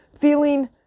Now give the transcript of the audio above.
feeling